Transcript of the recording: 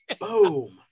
Boom